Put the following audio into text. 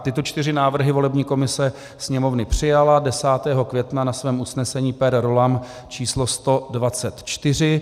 Tyto čtyři návrhy volební komise Sněmovny přijala 10. května ve svém usnesení per rollam číslo 124.